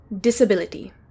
disability